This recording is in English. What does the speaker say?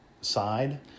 side